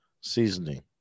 seasoning